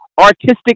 artistic